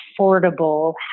affordable